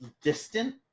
distant